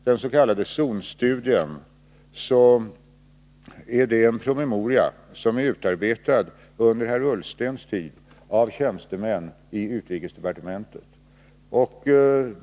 Den s.k. zonstudien är en promemoria som under herr Ullstens tid utarbetades av tjänstemän i utrikesdepartementet.